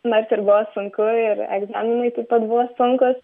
nors ir buvo sunku ir egzaminai taip pat buvo sunkūs